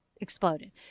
exploded